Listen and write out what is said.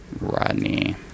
Rodney